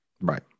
Right